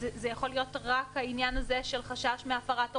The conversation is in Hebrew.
זה יכול להיות רק העניין הזה של חשש מהפרת התקנות.